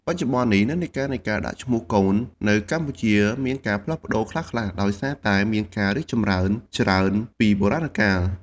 បច្ចុប្បន្ននេះ និន្នាការនៃការដាក់ឈ្មោះកូននៅកម្ពុជាមានការផ្លាស់ប្តូរខ្លះៗ ដោយសារតែមានការរីកចម្រើនច្រើនពីបុរាណកាល។